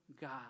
God